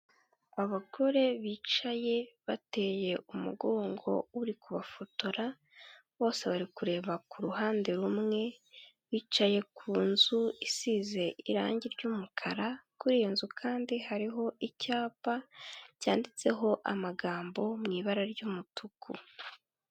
Abagore bicaye bateye umugongo uri kubafotora, bose bari kureba ku ruhande rumwe, bicaye ku nzu isize irangi ry'umukara, kuri iyo nzu kandi hariho icyapa cyanditseho amagambo mu ibara ry'umutuku.